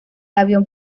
avión